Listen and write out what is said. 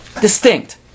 distinct